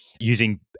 using